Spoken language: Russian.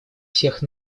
всех